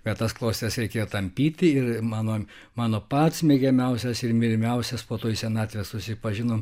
bet tas klostes reikėjo tampyti ir mano mano pats mėgiamiausias ir mylimiausias po to į senatvę susipažinom